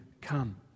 come